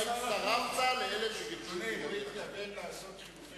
אתה הצטרפת לאלה, אדוני מתכוון לעשות שימוש,